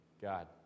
God